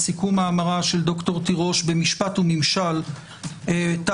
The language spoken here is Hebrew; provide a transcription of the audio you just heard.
סיכום מאמרה של ד"ר תירוש במשפט וממשל תשפ"א,